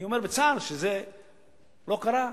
אני אומר בצער שזה לא קרה.